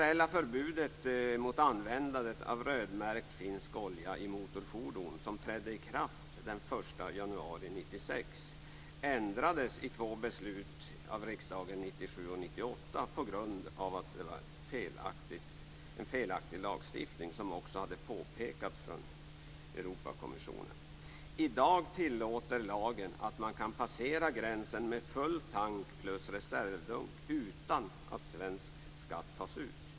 1997 och 1998 på grund av att det var en felaktig lagstiftning. Detta hade också påpekats av Europeiska kommissionen. I dag tillåter lagen att man kan passera gränsen med full tank plus reservdunk utan att svensk skatt tas ut.